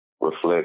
reflect